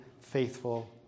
faithful